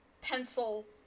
pencil